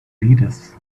leaders